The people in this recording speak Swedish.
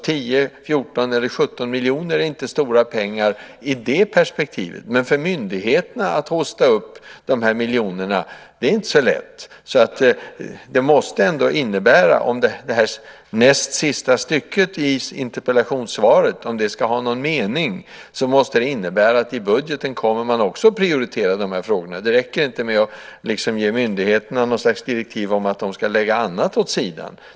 10, 14 eller 17 miljoner är inte stora pengar i det perspektivet, men för myndigheterna att hosta upp de här miljonerna är inte så lätt. Om det näst sista stycket i interpellationssvaret ska ha någon mening måste det innebära att man i budgeten också kommer att prioritera de här frågorna. Det räcker inte med att ge myndigheterna något slags direktiv om att de ska lägga annat åt sidan.